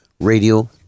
Radio